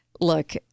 Look